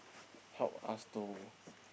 help us to